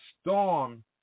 Storm